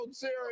series